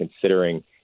considering